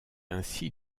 ainsi